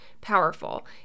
powerful